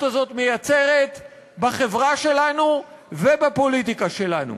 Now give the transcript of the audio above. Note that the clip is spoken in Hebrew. הזו מייצרת בחברה שלנו ובפוליטיקה שלנו.